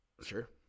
Sure